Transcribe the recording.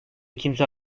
kimse